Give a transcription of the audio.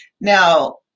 Now